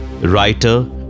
writer